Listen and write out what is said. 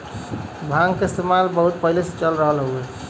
भांग क इस्तेमाल बहुत पहिले से चल रहल हउवे